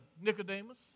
Nicodemus